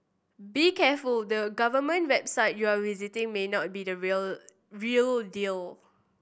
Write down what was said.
be careful the government website you are visiting may not be the real real deal